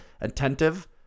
attentive